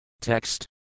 Text